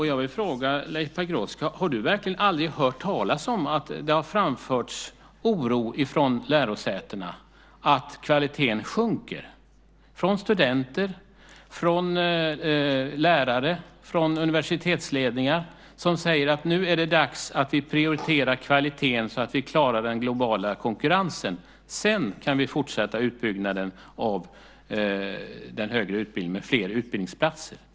Jag vill fråga Leif Pagrotsky: Har du verkligen aldrig hört talas om att det har framförts oro från lärosätena över att kvaliteten sjunker - från studenter, lärare, universitetsledningar? De säger att nu är det dags att vi prioriterar kvaliteten så att vi klarar den globala konkurrensen. Sedan kan vi fortsätta utbyggnaden av den högre utbildningen med fler utbildningsplatser.